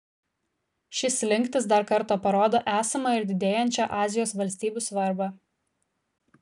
ši slinktis dar kartą parodo esamą ir didėjančią azijos valstybių svarbą